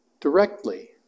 directly